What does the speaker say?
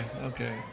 okay